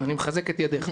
אני מחזק את ידיך.